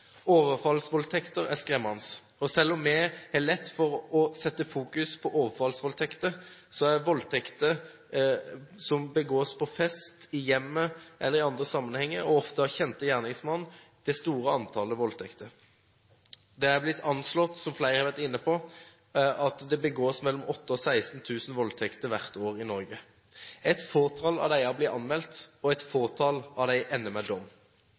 Overfallsvoldtekter er skremmende, og selv om vi har lett for å fokusere på overfallsvoldtekter, utgjør voldtekter som begås på fest, i hjemmet eller i andre sammenhenger – ofte av kjent gjerningsmann – det største antallet. Det er blitt anslått, som flere har vært inne på, at det begås 8 000–16 000 voldtekter hvert år i Norge. Et fåtall av disse blir anmeldt, og et fåtall ender med dom.